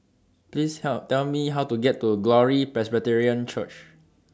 Please Tell Me How to get to Glory Presbyterian Church